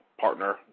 partner